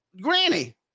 Granny